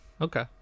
okay